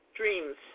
dreams